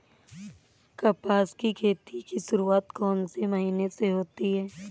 कपास की खेती की शुरुआत कौन से महीने से होती है?